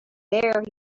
there